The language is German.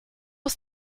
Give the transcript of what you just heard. ist